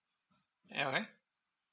ya man